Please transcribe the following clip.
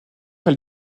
elle